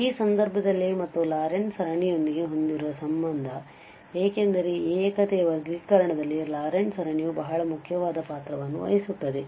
ಈ ಸಂದರ್ಭದಲ್ಲಿ ಮತ್ತು ಲಾರೆಂಟ್ ಸರಣಿಯೊಂದಿಗೆ ಹೊಂದಿರುವ ಸಂಬಂಧ ಏಕೆಂದರೆ ಈ ಏಕತೆಯ ವರ್ಗೀಕರಣದಲ್ಲಿ ಲಾರೆಂಟ್ ಸರಣಿಯು ಬಹಳ ಮುಖ್ಯವಾದ ಪಾತ್ರವನ್ನು ವಹಿಸುತ್ತದೆ